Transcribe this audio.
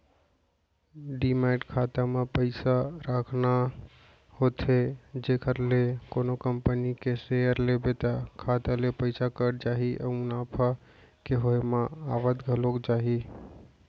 demat खाता म पइसा राखना होथे जेखर ले कोनो कंपनी के सेयर लेबे त खाता ले पइसा कट जाही अउ मुनाफा के होय म आवत घलौ जाही